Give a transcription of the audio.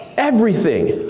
everything.